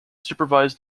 supervise